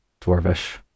Dwarvish